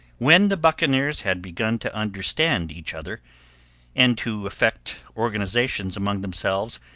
when the buccaneers had begun to understand each other and to effect organizations among themselves,